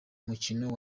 mukino